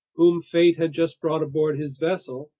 whom fate had just brought aboard his vessel,